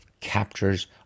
captures